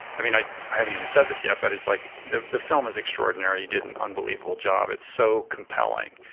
i mean, i haven't even said this yet, but it's like, the the film is extraordinary, you did an unbelievable job, it's so compelling.